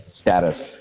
status